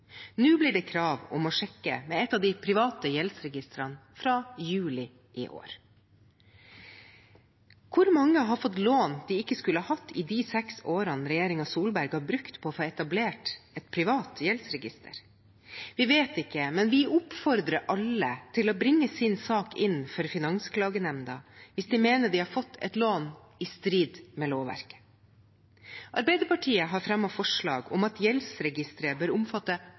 Nå blir det krav om å sjekke med et av de private gjeldsregistrene fra juli i år. Hvor mange har fått lån de ikke skulle hatt, i de seks årene regjeringen Solberg har brukt på å få etablert et privat gjeldsregister? Vi vet ikke, men vi oppfordrer alle til å bringe sin sak inn for Finansklagenemnda hvis de mener de har fått et lån i strid med lovverket. Arbeiderpartiet har fremmet forslag om at gjeldsregisteret bør omfatte